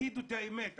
תגידו את האמת,